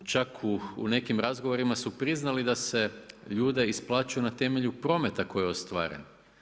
Čak u nekim razgovorima su priznali da se ljude isplaćuju na temelju prometa koji ostvare.